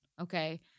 okay